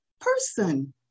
person